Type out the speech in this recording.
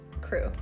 crew